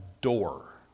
door